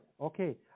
Okay